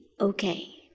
okay